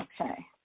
Okay